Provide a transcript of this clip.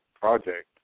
project